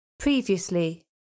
Previously